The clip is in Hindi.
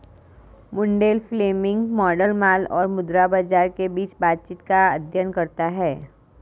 मुंडेल फ्लेमिंग मॉडल माल और मुद्रा बाजार के बीच बातचीत का अध्ययन करता है